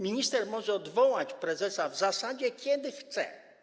Minister może odwołać prezesa, w zasadzie kiedy chce.